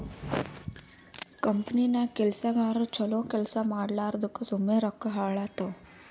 ಕಂಪನಿನಾಗ್ ಕೆಲ್ಸಗಾರು ಛಲೋ ಕೆಲ್ಸಾ ಮಾಡ್ಲಾರ್ದುಕ್ ಸುಮ್ಮೆ ರೊಕ್ಕಾ ಹಾಳಾತ್ತುವ್